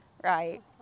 right